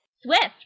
Swift